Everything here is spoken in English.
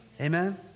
Amen